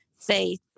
faith